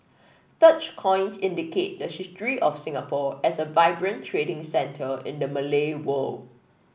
such coins indicate the history of Singapore as a vibrant trading centre in the Malay world